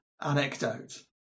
anecdote